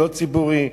לא ציבורי,